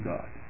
God